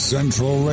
Central